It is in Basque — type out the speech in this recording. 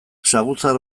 saguzar